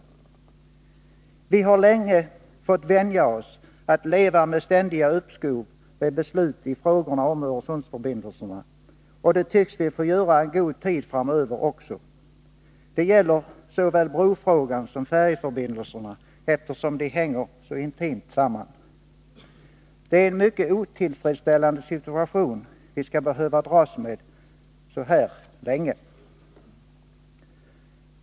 Vi har länge fått vänja oss vid att leva med ständiga uppskov med beslut i frågorna om Öresundsförbindelserna, och det tycks vi få göra en god tid framöver också. Detta gäller såväl brofrågan som färjeförbindelserna, eftersom de hänger så intimt samman. Det är mycket otillfredsställande att vi så här länge skall behöva dras med en sådan situation.